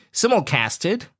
simulcasted